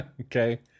Okay